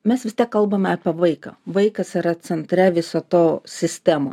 mes vis tiek kalbame apie vaiką vaikas yra centre viso to sistemų